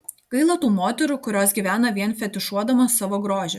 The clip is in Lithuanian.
gaila tų moterų kurios gyvena vien fetišuodamos savo grožį